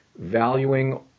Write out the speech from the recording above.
valuing